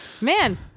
Man